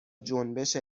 جنبش